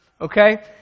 Okay